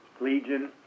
Legion